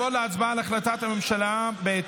נעבור להצבעה על החלטת הממשלה לבטל את המשרד לקידום מעמד האישה,